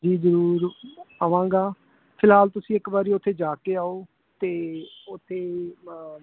ਜੀ ਜ਼ਰੂਰ ਆਵਾਂਗਾ ਫਿਲਹਾਲ ਤੁਸੀਂ ਇੱਕ ਵਾਰ ਉੱਥੇ ਜਾ ਕੇ ਆਓ ਅਤੇ ਉੱਥੇ